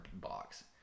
box